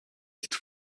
ist